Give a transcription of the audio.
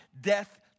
Death